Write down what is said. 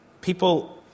people